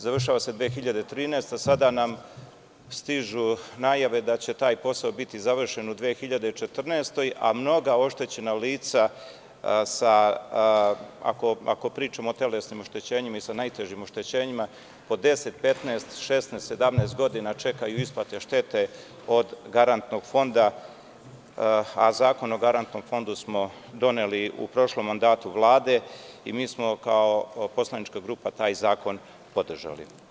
Završava se 2013. godina, sada nam stižu najave da će taj posao biti završen u 2014. godini, a mnoga oštećena lica, ako pričamo o telesnim oštećenjima i sa najtežim oštećenjima po 10, 15, 16, 17 godina čekaju isplate štete od Garantnog fonda, a Zakon o Garantnom fondu smo doneli u prošlom mandatu Vlade i mi smo kao poslanička grupa taj zakon podržali.